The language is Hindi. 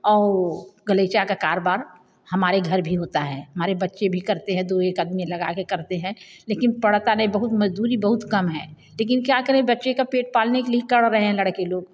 और गलीचे का कारोबार हमारे घर भी होता है हमारे बच्चे भी करते हैं दो एक आदमी लगा के करते हैं लेकिन पड़ता नहीं बहुत मज़दूरी बहुत कम है लेकिन क्या करें बच्चों का पेट पालने के लिए कडर रहे हैं लड़के लोग